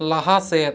ᱞᱟᱦᱟ ᱥᱮᱫ